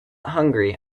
hungry